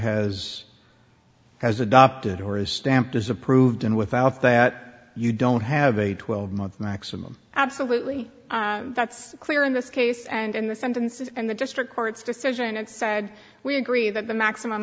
has has adopted or a stamp is approved and without that you don't have a twelve month maximum absolutely that's clear in this case and in the sentences in the district court's decision it said we agree that the maximum